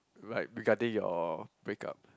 like regarding your break up